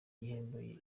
gihembo